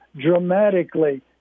dramatically